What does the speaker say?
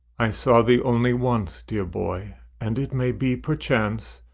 i saw thee only once, dear boy, and it may be, perchance,